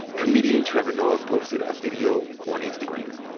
comedian trevor noah posted a video on instagram.